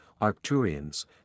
Arcturians